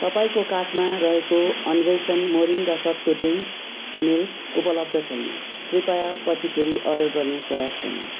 तपाईँको कार्टमा रहेको अन्वेषण मोरिङ्गा सत्तु ड्रिङ्क मिल्क उपलब्ध छैन कृपया पछि फेरि अर्डर गर्ने प्रयास गर्नुहोस्